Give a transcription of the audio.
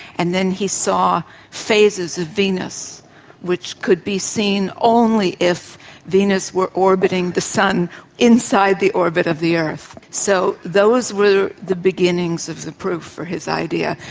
and then he saw phases of venus which could be seen only if venus were orbiting the sun inside the orbit of the earth. so those were the beginnings of the proof for his idea.